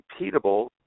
repeatable